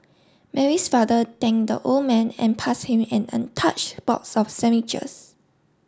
Mary's father thank the old man and pass him an untouched box of sandwiches